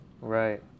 right